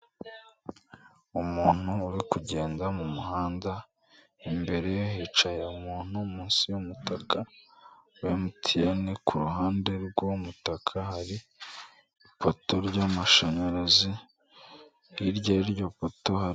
Umuntu uri kugenda mu muhanda imbere hicaye umuntu munsi y'umutaka wa MTN ku ruhande rw'umutaka hari ipoto ryamashanyarazi hirya ryo poto.